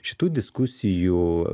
šitų diskusijų